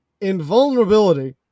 invulnerability